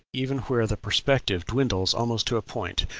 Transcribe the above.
even where the perspective dwindles almost to a point,